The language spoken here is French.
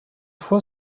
fois